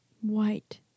White